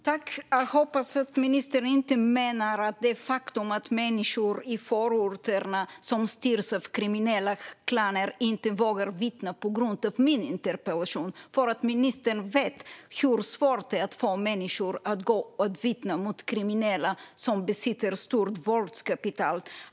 Fru talman! Jag hoppas att ministern inte menar att det faktum att människor i förorter som styrs av kriminella klaner inte vågar vittna är på grund av min interpellation. Ministern vet hur svårt det är att få människor att vittna mot kriminella som besitter stort våldskapital.